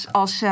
als